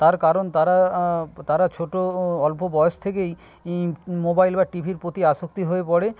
তার কারণ তারা তারা ছোট অল্প বয়স থেকেই এই মোবাইল বা টিভির প্রতি আসক্ত হয়ে পড়ে